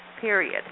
period